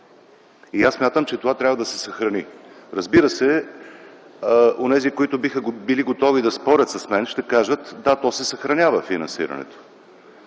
И аз смятам, че това трябва да се съхрани. Разбира се, онези, които биха били готови да спорят с мен, ще кажат: „Да, то се съхранява финансирането.”